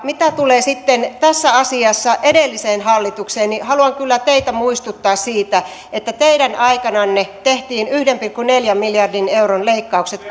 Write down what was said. mitä tulee sitten tässä asiassa edelliseen hallitukseen niin haluan kyllä teitä muistuttaa siitä että teidän aikananne tehtiin yhden pilkku neljän miljardin euron leikkaukset